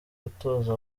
gutoza